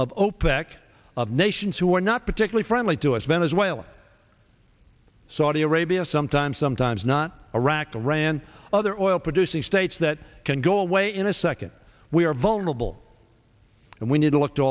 of opec of nations who are not particularly friendly to us venezuela saudi arabia sometimes sometimes not iraq ran other oil producing states that can go away in a second we are vulnerable and we need to look to